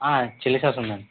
chilli sauce ఉందండి